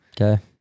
Okay